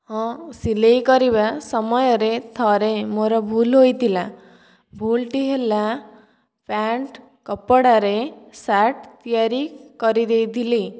ହଁ ସିଲେଇ କରିବା ସମୟରେ ଥରେ ମୋର ଭୁଲ ହୋଇଥିଲା ଭୁଲଟି ହେଲା ପ୍ୟାଣ୍ଟ୍ କପଡ଼ାରେ ସାର୍ଟ୍ ତିଆରି କରିଦେଇଥିଲି